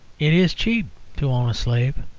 it is cheap to own a slave.